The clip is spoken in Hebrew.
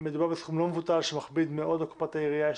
מדובר בסכום לא מבוטל שמכביד מאוד על קופת העירייה.